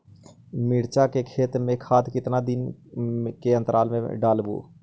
मिरचा के खेत मे खाद कितना दीन के अनतराल पर डालेबु?